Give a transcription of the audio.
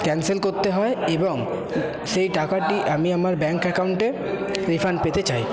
cancel করতে হয় এবং সেই টাকাটি আমি আমার ব্যাংক অ্যাকাউন্টে রিফান্ড পেতে চাই